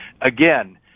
Again